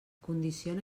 condiciona